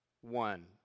one